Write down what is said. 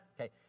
Okay